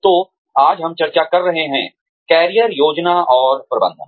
तो आज हम चर्चा कर रहे हैं कैरियर योजना और प्रबंधन